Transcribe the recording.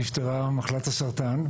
שנפטרה ממחלת הסרטן,